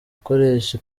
gukoresha